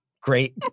great